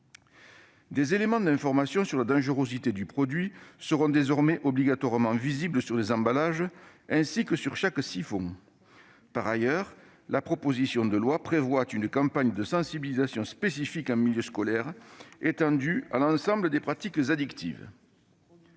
Des éléments d'information sur la dangerosité du produit seront désormais obligatoirement visibles sur les emballages, ainsi que sur chaque siphon. Par ailleurs, la proposition de loi prévoit une campagne de sensibilisation spécifique en milieu scolaire, étendue à l'ensemble des pratiques addictives.